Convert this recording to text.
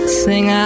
sing